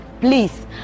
Please